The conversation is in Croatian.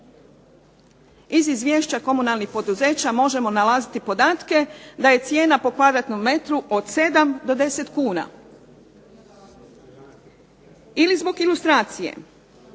Iz izvješća komunalnih poduzeća možemo nalaziti podatke da je cijena po m2 od 7 do 10 kuna. Ili zbog ilustracije,